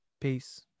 Peace